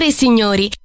Signori